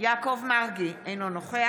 יעקב מרגי, אינו נוכח